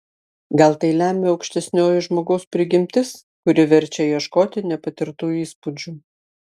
gal tai lemia aukštesnioji žmogaus prigimtis kuri verčia ieškoti nepatirtų įspūdžių